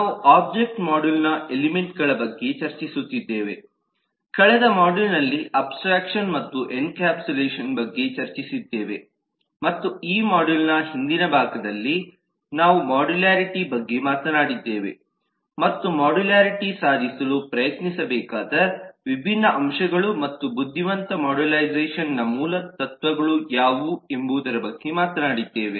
ನಾವು ಒಬ್ಜೆಕ್ಟ್ ಮೋಡೆಲ್ನ ಎಲಿಮೆಂಟ್ಗಳ ಬಗ್ಗೆ ಚರ್ಚಿಸುತ್ತಿದ್ದೇವೆ ಕಳೆದ ಮಾಡ್ಯೂಲ್ನಲ್ಲಿ ಅಬ್ಸ್ಟ್ರಾಕ್ಷನ್ ಮತ್ತು ಎನ್ಕ್ಯಾಪ್ಸುಲೇಶನ್ ಬಗ್ಗೆ ಚರ್ಚಿಸಿದ್ದೇವೆ ಮತ್ತು ಈ ಮೋಡೆಲ್ನ ಹಿಂದಿನ ಭಾಗದಲ್ಲಿ ನಾವು ಮಾಡ್ಯೂಲ್ಯಾರಿಟಿ ಬಗ್ಗೆ ಮಾತನಾಡಿದ್ದೇವೆ ಮತ್ತು ಮಾಡ್ಯೂಲ್ಯಾರಿಟಿ ಸಾಧಿಸಲು ಪ್ರಯತ್ನಿಸಬೇಕಾದ ವಿಭಿನ್ನ ಅಂಶಗಳು ಮತ್ತು ಬುದ್ಧಿವಂತ ಮಾಡ್ಯೂಲರೈಝೇಷನ್ನ ಮೂಲ ತತ್ವಗಳು ಯಾವುವು ಎಂಬುದರ ಬಗ್ಗೆ ಮಾತನಾಡಿದ್ದೇವೆ